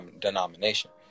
denomination